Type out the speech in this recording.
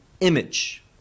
image